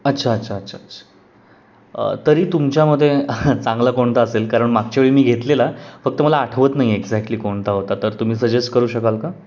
अच्छा अच्छा अच्छा अच्छा तरी तुमच्यामते चांगला कोणता असेल कारण मागच्या वेळी मी घेतलेला फक्त मला आठवत नाही आहे एक्झॅक्टली कोणता होता तर तुम्ही सजेस्ट करू शकाल का